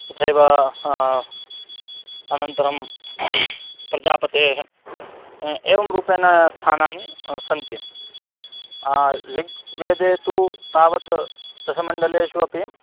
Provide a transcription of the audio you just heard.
तथैव हा अनन्तरं प्रजापतेः एवं रूपेण स्थानानि सन्ति ऋग्वेदे तु तावत् दशमण्डलेषु अपि